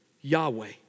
Yahweh